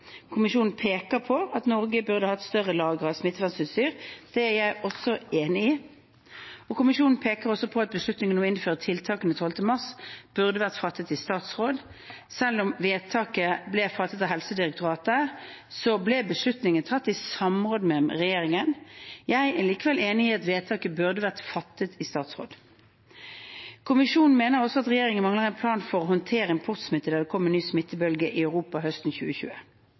Kommisjonen peker på at Norge burde hatt større lagre av smittevernutstyr. Det er jeg også enig i. Kommisjonen peker også på at beslutningen om å innføre tiltakene 12. mars burde vært fattet i statsråd. Selv om vedtaket ble fattet av Helsedirektoratet, så ble beslutningen tatt i samråd med regjeringen. Jeg er likevel enig i at vedtaket burde vært fattet i statsråd. Kommisjonen mener også at regjeringen manglet en plan for å håndtere importsmitte da det kom en ny smittebølge i Europa høsten 2020.